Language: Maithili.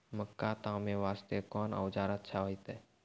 मक्का तामे वास्ते कोंन औजार अच्छा होइतै?